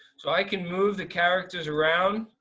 so i can move the characters around,